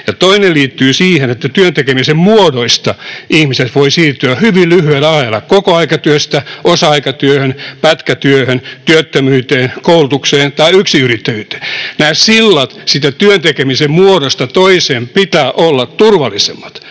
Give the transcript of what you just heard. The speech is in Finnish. Ja toinen liittyy siihen, että työn tekemisen muodoista ihmiset voivat siirtyä hyvin lyhyellä ajalla kokoaikatyöstä osa-aikatyöhön, pätkätyöhön, työttömyyteen, koulutukseen tai yksinyrittäjyyteen. Näiden siltojen siitä työn tekemisen muodosta toiseen pitää olla turvallisempia,